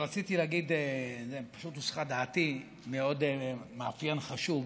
רציתי להגיד, פשוט הוסחה דעתי מעוד מאפיין חשוב.